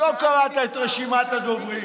לא קראת את רשימת הדוברים.